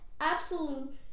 absolute